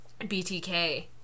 BTK